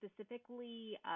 specifically